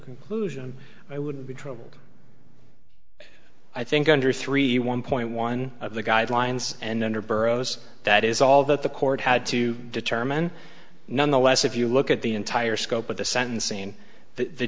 conclusion i would be troubled i think under three one point one of the guidelines and under burroughs that is all that the court had to determine nonetheless if you look at the entire scope of the sentencing the